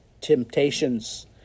temptations